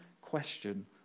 question